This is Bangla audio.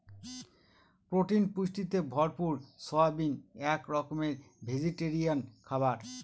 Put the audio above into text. প্রোটিন পুষ্টিতে ভরপুর সয়াবিন এক রকমের ভেজিটেরিয়ান খাবার